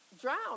drown